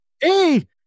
hey